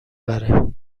بره